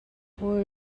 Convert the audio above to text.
phul